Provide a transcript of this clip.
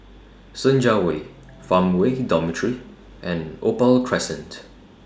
Senja Way Farmway Dormitory and Opal Crescent